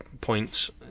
points